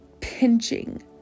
pinching